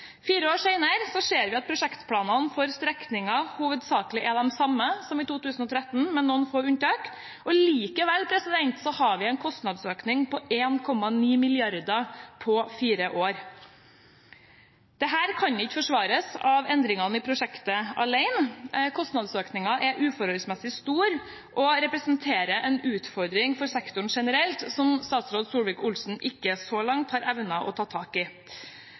Fire år senere ser vi at prosjektplanene for strekningen hovedsakelig er de samme som i 2013, med noen få unntak. Likevel har vi nå en kostnadsøkning på 1,9 mrd. kr på fire år. Dette kan ikke forsvares av endringene i prosjektet alene. Kostnadsøkningen er uforholdsmessig stor og representerer en utfordring for sektoren generelt som statsråd Solvik-Olsen så langt ikke har evnet å ta tak i.